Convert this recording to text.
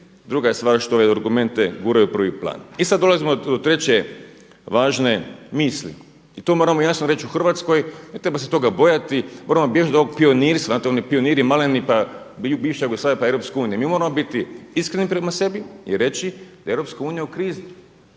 Druga stvar što argumente guraju u prvi plan. I sada dolazimo do treće važne misli. I to moramo jasno reći u Hrvatskoj, ne treba se toga bojati. Moramo bježati od ovog pionirstva, znate oni pioniri maleni pa bivša Jugoslavija, pa EU, mi moramo biti iskreni prema sebi i reći da je EU u krizi.